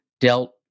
dealt